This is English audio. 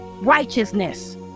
righteousness